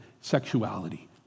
sexuality